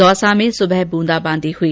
दौसा में सुबह बूंदाबांदी हुई